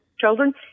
children